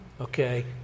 Okay